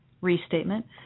restatement